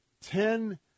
Ten